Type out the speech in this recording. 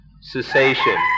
cessation